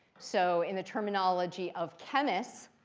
so in the terminology of chemists,